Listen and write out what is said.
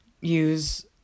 use